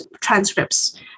transcripts